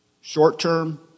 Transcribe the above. short-term